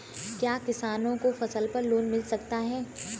क्या किसानों को फसल पर लोन मिल सकता है?